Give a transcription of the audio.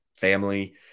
family